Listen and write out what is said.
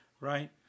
right